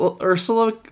Ursula